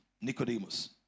Nicodemus